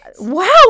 Wow